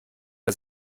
bei